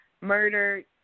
murdered